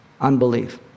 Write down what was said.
Unbelief